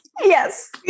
Yes